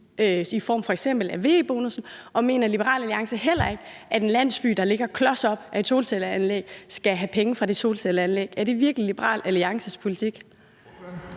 i form af f.eks. VE-bonussen, og mener Liberal Alliance heller ikke, at en landsby, der ligger klos op ad et solcelleanlæg, skal have penge fra det solcelleanlæg? Er det virkelig Liberal Alliances politik?